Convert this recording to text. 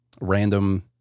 random